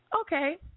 okay